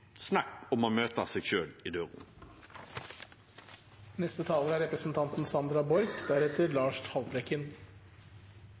Snakk om å møte seg selv i